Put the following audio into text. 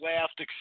laughed